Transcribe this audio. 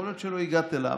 יכול להיות שלא הגעת אליו,